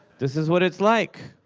this is what it's like.